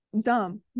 dumb